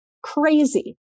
crazy